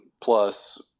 plus